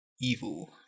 evil